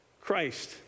Christ